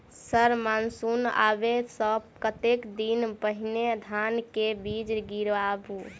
Sir monsoon आबै सऽ कतेक दिन पहिने धान केँ बीज गिराबू?